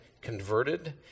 converted